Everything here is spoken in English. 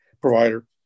provider